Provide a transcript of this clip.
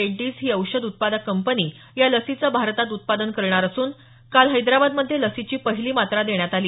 रेड्डीज ही औषधी उत्पादक कंपनी या लसीचं भारतात उत्पादन करणार असून काल हैदराबादमध्ये लसीची पहिली मात्रा देण्यात आली